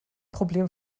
problem